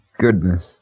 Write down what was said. goodness